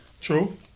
True